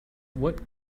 what